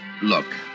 Look